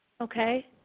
okay